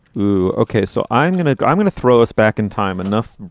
woo! ok. so i'm going to go i'm going to throw us back in time. enough.